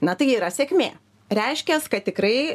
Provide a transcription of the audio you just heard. na tai yra sėkmė reiškias kad tikrai